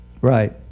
Right